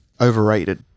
overrated